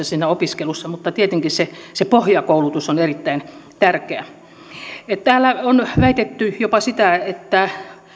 siinä opiskelussa mutta tietenkin se se pohjakoulutus on erittäin tärkeä täällä on jopa väitetty